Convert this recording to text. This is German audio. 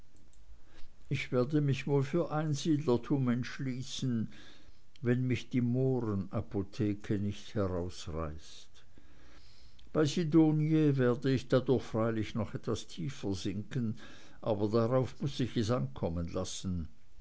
ich werde mich wohl für einsiedlertum entschließen wenn mich die mohrenapotheke nicht herausreißt bei sidonie werd ich dadurch freilich noch etwas tiefer sinken aber darauf muß ich es ankommen lassen